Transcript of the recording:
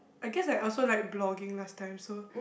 I guess I also like blogging last time so